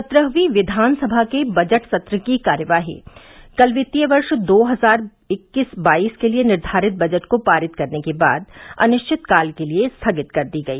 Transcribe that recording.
सत्रहवीं विधानसभा के बजट सत्र की कार्यवाही कल वित्तीय वर्ष दो हजार इक्कीस बाईस के लिये निर्धारित बजट को पारित करने के बाद अनिश्चितकाल के लिए स्थगित कर दी गई